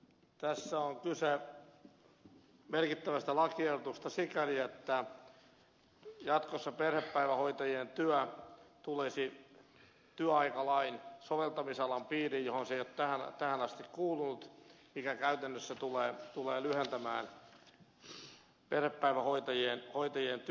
tässä on kyse merkittävästä lakiehdotuksesta sikäli että jatkossa perhepäivähoitajien työ tulisi työaikalain soveltamisalan piiriin johon se ei ole tähän asti kuulunut mikä käytännössä tulee lyhentämään perhepäivähoitajien työaikaa